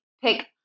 pick